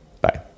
Bye